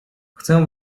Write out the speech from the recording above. chcę